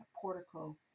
portico